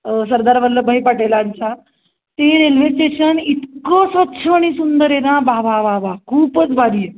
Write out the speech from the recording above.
सरदार वल्लभभाई पटेलांच्या ती railway station इतकं स्वच्छ आणि सुंदर ये वा वा वा वा खूपच भारी आहे